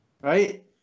Right